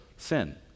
Sin